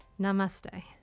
Namaste